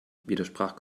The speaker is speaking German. widersprach